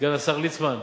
סגן השר ליצמן,